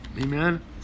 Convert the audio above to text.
Amen